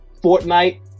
Fortnite